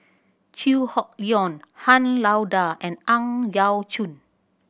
Chew Hock Leong Han Lao Da and Ang Yau Choon